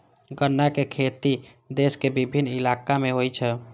गन्नाक खेती देश के विभिन्न इलाका मे होइ छै